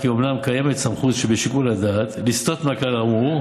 כי אומנם קיימת סמכות שבשיקול הדעת לסטות מהכלל האמור,